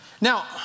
Now